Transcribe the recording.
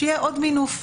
שיהיה עוד מינוף,